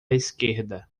esquerda